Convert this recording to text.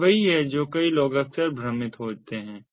यह वही है जो कई लोग अक्सर भ्रमित होते हैं